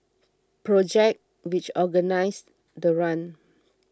project which organised the run